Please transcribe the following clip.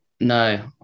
No